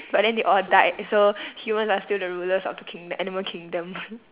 but then they all died so humans are still the rulers of the king~ the animal kingdom